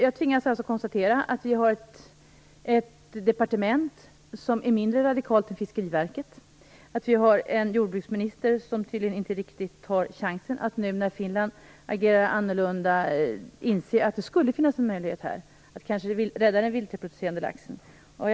Jag tvingas alltså konstatera att vi har ett departement som är mindre radikalt än Fiskeriverket och att vi har en jordbruksminister som tydligen inte riktigt tar chansen, när Finland nu agerar annorlunda, och inte inser att det skulle finnas en möjlighet att rädda den vildreproducerande laxen.